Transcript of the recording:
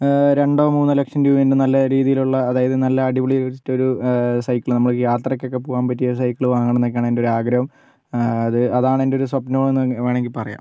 രണ്ടോ മൂന്നോ ലക്ഷം രൂപേൻറ്റെ നല്ലരീതിയിലുള്ള അതായത് നല്ല അടിപൊളി ഒരു സൈക്കിള് നമ്മള് യാത്രയ്ക്കൊക്കേ പോകാൻ പറ്റിയ ഒരു സൈക്കിള് വാങ്ങണം എന്നൊക്കെയാണെൻറ്റെ ഒരു ആഗ്രഹം അതാണെൻറ്റെയൊരു സ്വപ്നം എന്ന് വേണമെങ്കിൽ പറയാം